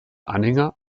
anhänger